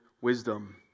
wisdom